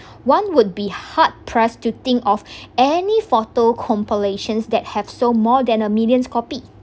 one would be hard pressed to think of any photo compilations that have sold more than a million copy